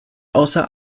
außer